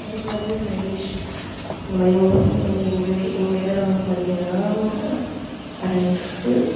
அதுக்கு வந்து சைடிஷ் அந்தமாதிரி மோஸ்ட்லி வந்து எங்கள் வீ எங்கள் இதில் வந்து மதியம் என்னன்னா ரைஸ்ஸு